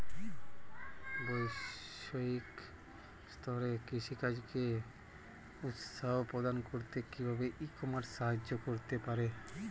বৈষয়িক স্তরে কৃষিকাজকে উৎসাহ প্রদান করতে কিভাবে ই কমার্স সাহায্য করতে পারে?